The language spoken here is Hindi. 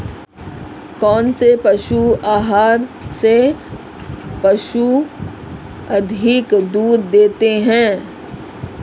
कौनसे पशु आहार से पशु अधिक दूध देते हैं?